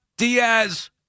Diaz